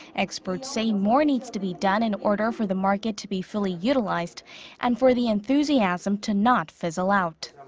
experts say more needs to be done in order for the market to be fully utilized and for the enthusiasm to not fizzle out.